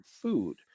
food